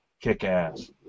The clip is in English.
Kick-ass